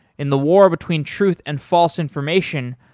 in the war between truth and false information,